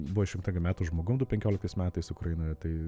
buvo išrinkta metų žmogum du penkioliktais metais ukrainoje tai